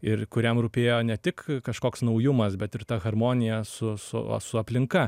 ir kuriam rūpėjo ne tik kažkoks naujumas bet ir ta harmonija su su su aplinka